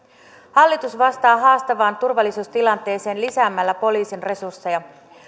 hallitus vastaa haastavaan turvallisuustilanteeseen lisäämällä poliisin resursseja